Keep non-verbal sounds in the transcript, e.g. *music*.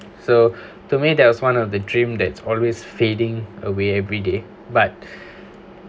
so *breath* to me that was one of the dream that's always fading away every day but *breath*